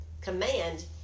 Command